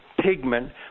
pigment